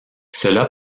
cela